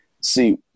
see